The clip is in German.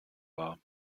war